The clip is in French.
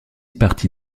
partie